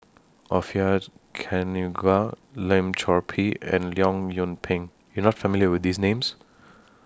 Orfeur Cavenagh Lim Chor Pee and Leong Yoon Pin you're not familiar with These Names